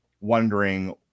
wondering